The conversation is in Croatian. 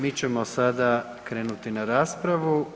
Mi ćemo sada krenuti na raspravu.